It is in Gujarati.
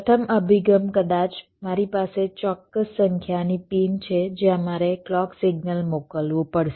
પ્રથમ અભિગમ કદાચ મારી પાસે ચોક્કસ સંખ્યાની પિન છે જ્યાં મારે ક્લૉક સિગ્નલ મોકલવું પડશે